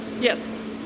Yes